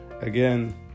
Again